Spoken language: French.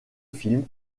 film